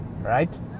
right